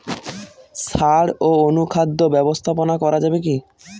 সাড় ও অনুখাদ্য ব্যবস্থাপনা করা যাবে কি?